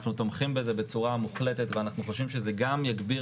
אנחנו תומכים בזה בצורה מוחלטת ואנחנו חושבים שזה גם יגביר